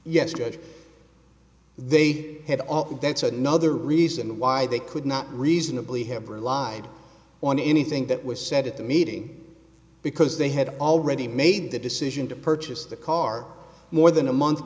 judge they had all that's another reason why they could not reasonably have relied on anything that was said at the meeting because they had already made the decision to purchase the car more than a month